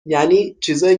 یعنی، چیزایی